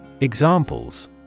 Examples